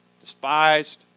despised